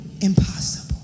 impossible